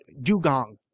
dugong